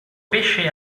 pesce